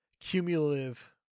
cumulative